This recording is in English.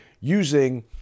using